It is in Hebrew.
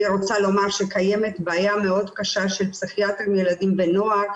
אני רוצה לומר שקיימת בעיה מאוד קשה של פסיכיאטריים לילדים ונוער.